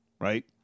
right